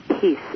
peace